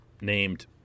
named